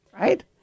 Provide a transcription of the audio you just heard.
right